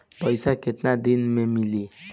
पैसा केतना दिन में मिली?